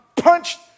punched